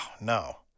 no